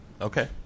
Okay